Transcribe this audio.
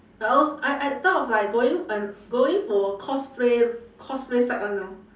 I als~ I I thought of like going and going for cosplay cosplay side [one] now